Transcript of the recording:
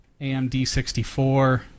AMD64